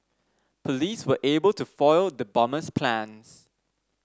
police were able to foil the bomber's plans